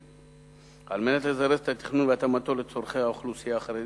על מנת לזרז את התכנון והתאמתו לצורכי האוכלוסייה החרדית,